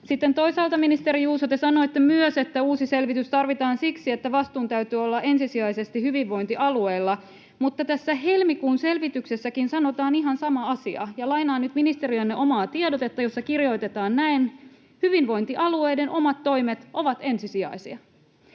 toisaalta, ministeri Juuso, te sanoitte myös, että uusi selvitys tarvitaan siksi, että vastuun täytyy olla ensisijaisesti hyvinvointialueilla, mutta tässä helmikuun selvityksessäkin sanotaan ihan sama asia. Lainaan nyt ministeriönne omaa tiedotetta, jossa kirjoitetaan näin: ”Hyvinvointialueiden omat toimet ovat ensisijaisia.”